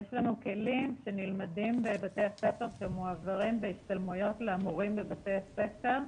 יש לנו כלים שנלמדים בבתי הספר ומועברים בהשתלמויות למורים בבתי הספר,